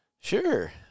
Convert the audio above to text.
Sure